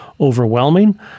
overwhelming